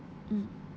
mm